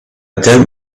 don’t